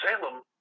Salem